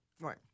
Right